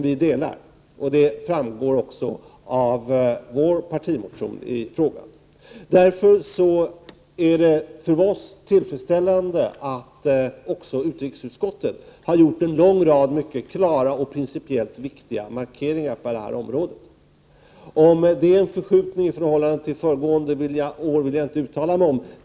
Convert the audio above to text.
Vi delar detta synsätt, vilket också framgår av vår partimotion. Därför är det för oss tillfredsställande att också utrikesutskottet har gjort en lång rad mycket klara och principiellt viktiga markeringar på detta område. Jag vill inte uttala mig om detta innebär en förskjutning i förhållande till föregående år.